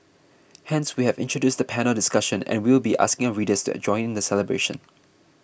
hence we have introduced the panel discussion and will be asking our readers to join in the celebration